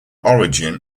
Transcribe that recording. origin